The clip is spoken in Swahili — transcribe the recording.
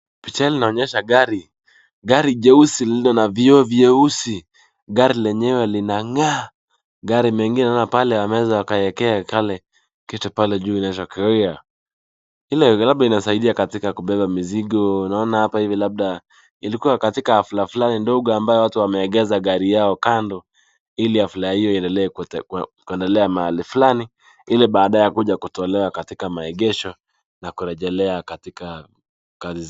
Picha hili linaonyesha gari. Gari jeusi lililo na vioo vyeusi, gari lenyewe linang'aa. Gari mengine naona pale wameweza wakawekea kale kitu pale juu inaitwa carrier . Ile labda inasaidia katika kubeba mizigo. Unaona hapa hivi labda ilikuwa katika hafla fulani ndogo ambayo watu wameegesha gari yao kando, ili hafla hiyo iendelee kuendelea mahali fulani. Ile baadaye ya kuja kutolewa katika maegesho, na kurejelea katika kazi.